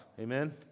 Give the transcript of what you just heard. Amen